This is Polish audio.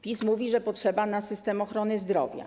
PiS mówi, że potrzeba ich na system ochrony zdrowia.